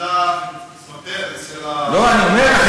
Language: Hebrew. עמדה בפרץ של ההעברות האלה כל הזמן.